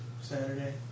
Saturday